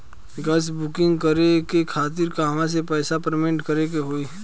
Gas booking करे के खातिर कहवा से पैसा पेमेंट करे के होई?